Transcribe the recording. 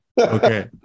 okay